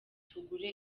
tugure